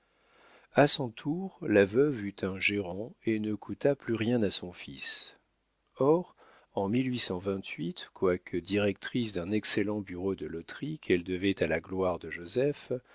a son tour la veuve eut un gérant et ne coûta plus rien à son fils or en quoique directrice d'un excellent bureau de loterie qu'elle devait à la gloire de joseph